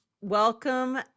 welcome